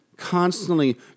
constantly